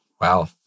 wow